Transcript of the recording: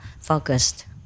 focused